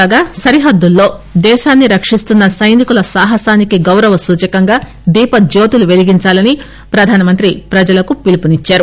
కాగా సరిహద్దులలో దేశాన్ని రక్షిస్తున్న సైనికుల సాహసానికి గౌరవ సూచకంగా దీప జ్యోతులు పెలిగించాలని ప్రధానమంత్రి ప్రజలకు పిలుపు నిచ్చారు